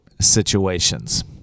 situations